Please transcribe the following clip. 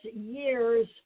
year's